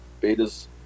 beta's